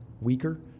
weaker